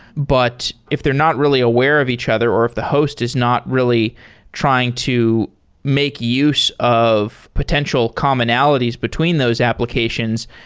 but if they're not really aware of each other or if the host is not really trying to make use of of potential commonalities between those applications,